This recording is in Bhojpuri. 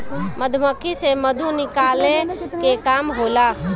मधुमक्खी से मधु निकाले के काम होला